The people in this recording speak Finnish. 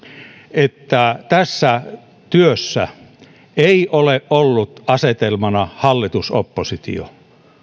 että tässä työssä ei ole ollut asetelmana hallitus oppositio